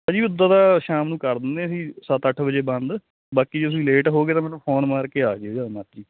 ਭਾਅ ਜੀ ਉਦਾਂ ਤਾਂ ਸ਼ਾਮ ਨੂੰ ਕਰ ਦਿੰਦੇ ਸੀ ਸੱਤ ਅੱਠ ਵਜੇ ਬੰਦ ਬਾਕੀ ਤੁਸੀਂ ਲੇਟ ਹੋ ਗਏ ਤਾਂ ਮੈਨੂੰ ਫੋਨ ਮਾਰ ਕੇ ਆਜਿਓ ਜਦ ਮਰਜੀ